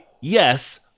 yes